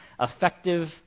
effective